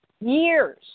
years